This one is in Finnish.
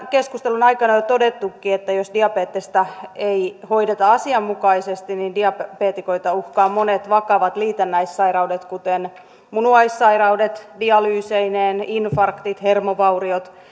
keskustelun aikana jo todettukin että jos diabetesta ei hoideta asianmukaisesti niin diabeetikoita uhkaavat monet vakavat liitännäissairaudet kuten munuaissairaudet dialyyseineen infarktit hermovauriot